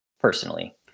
personally